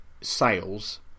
sales